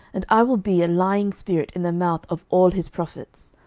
and i will be a lying spirit in the mouth of all his prophets.